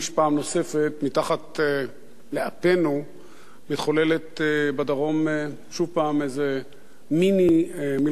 פעם נוספת מתחת לאפנו מתחוללת בדרום שוב איזה מיני-מלחמה.